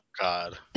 god